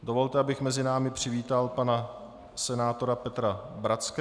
Dovolte, abych mezi námi přivítal pana senátora Petra Bratského.